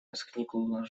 воскликнула